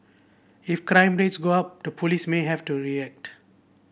if crime rates go up to police may have to react